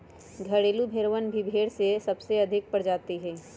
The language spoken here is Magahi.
घरेलू भेड़वन भी भेड़ के सबसे अधिक प्रजाति हई